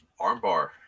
Armbar